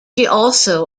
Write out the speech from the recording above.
also